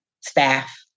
staff